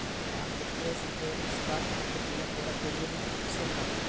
arbitrage trading stock మార్కెట్లలో కూడా తెలియని విషయం కాదు